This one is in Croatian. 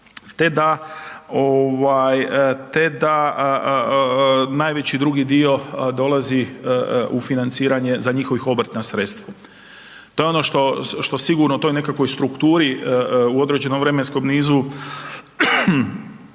te da najveći drugi dio dolazi u financiranje za njihovih obrtnih sredstava. To je ono što sigurno u toj nekakvoj strukturi u određenom vremenskom nizu